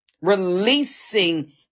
releasing